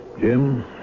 Jim